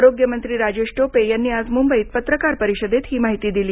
आरोग्य मंत्री राजेश टोपे यांनी आज मुंबईत पत्रकार परिषदेत ही माहिती दिली